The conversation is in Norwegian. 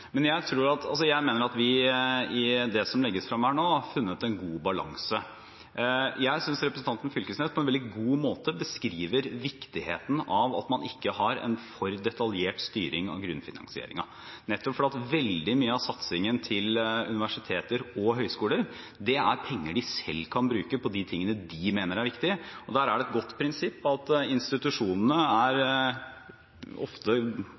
Men jeg mener at vi i det som legges frem her nå, har funnet en god balanse. Jeg synes representanten Knag Fylkesnes på en veldig god måte beskriver viktigheten av at man ikke har en for detaljert styring av grunnfinansieringen – nettopp fordi veldig mye av satsingen til universiteter og høyskoler kan gå til de tingene de selv mener er viktige. Og der er det et godt prinsipp at institusjonene er minst like gode, ofte